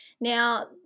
now